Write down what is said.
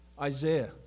Isaiah